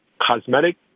cosmetic